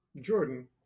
Jordan